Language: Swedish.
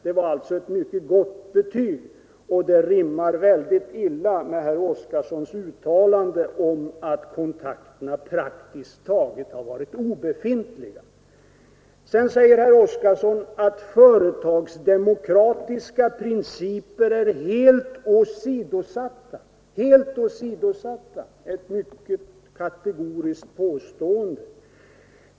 Det var alltså ett mycket gott betyg, och det rimmar illa med herr Oskarsons uttalande att kontakterna praktiskt taget varit obefintliga. Sedan säger herr Oskarson att företagsdemokratiska principer är helt åsidosatta — ett mycket kategoriskt påstående.